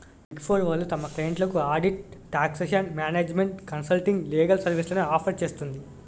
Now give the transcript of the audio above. big four వాళ్ళు తమ క్లయింట్లకు audit, taxation, management consulting, legal సర్వీస్లను ఆఫర్ చేస్తుంది